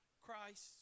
Christ